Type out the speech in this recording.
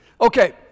Okay